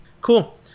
Cool